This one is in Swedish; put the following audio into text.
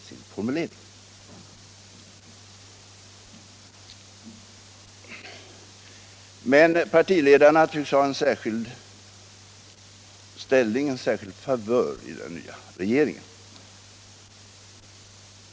I sin formulering. Om den svenska Partiledarna tycks ha en särskilt favoriserad ställning i den nya re Mellersta Österngeringen.